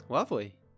Lovely